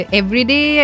everyday